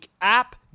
app